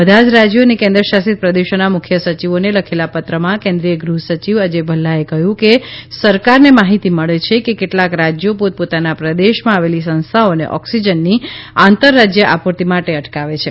બધા જ રાજયો અને કેન્દ્ર શાસિત પ્રદેશોના મુખ્ય સચિવોને લખેલા પત્રમાં કેન્દ્રીય ગૃહ સચિવ અજય ભલ્લાએ કહ્યું છે કે સરકારને માહિતી મળે છે કે કેટલાક રાજ્યો પોત પોતાના પ્રદેશમાં આવેલી સંસ્થાઓને ઓકસીજનની આંતર રાજય આપુર્તિ માટે અટકાવે છે